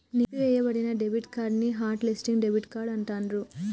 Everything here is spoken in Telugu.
నిలిపివేయబడిన డెబిట్ కార్డ్ ని హాట్ లిస్టింగ్ డెబిట్ కార్డ్ అంటాండ్రు